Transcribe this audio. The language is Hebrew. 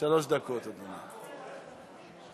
איך הם בורחים, הפחדנים.